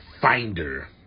finder